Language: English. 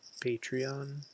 patreon